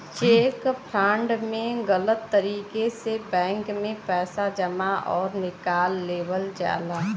check fraud में गलत तरीके से बैंक में पैसा जमा आउर निकाल लेवल जाला